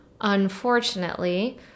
Unfortunately